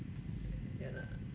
ya lah